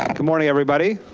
good morning everybody.